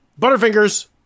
Butterfingers